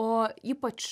o ypač